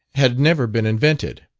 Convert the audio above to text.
had never been invented.